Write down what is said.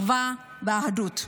אחווה ואחדות.